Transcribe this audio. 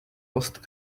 lost